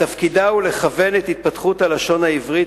ותפקידה הוא לכוון את התפתחות הלשון העברית